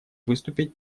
выступить